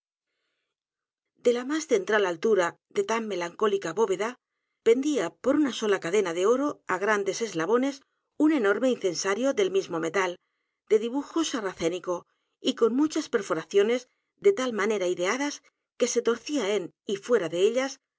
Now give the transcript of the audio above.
de la más central altura de tan melancólica bóveda pendía por una sola cadena de oro á g r a n d e s eslabones un enorme incensario del mismo metal de dibujo sarracénico y con muchas perforaciones de tal manera ideadas que se torcía en y fuera de ellas